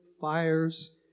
fires